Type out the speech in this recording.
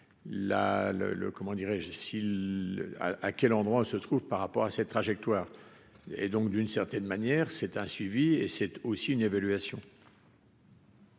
à quel endroit se trouve par rapport à cette trajectoire et donc d'une certaine manière, c'est un suivi et c'est aussi une évaluation.